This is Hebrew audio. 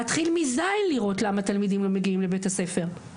להתחיל מ-ז' לראות למה תלמידים לא מגיעים לבית הספר.